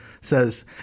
says